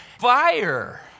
fire